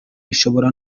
bishobora